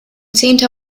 zehnter